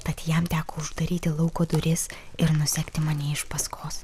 tad jam teko uždaryti lauko duris ir nusekti mane iš paskos